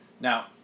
Now